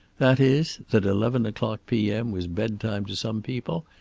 that is, that eleven o'clock p m. was bed-time to some people,